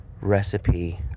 recipe